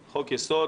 חוק-יסוד,